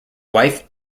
wife